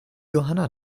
johanna